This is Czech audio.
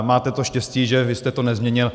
Máte to štěstí, že vy jste to nezměnil.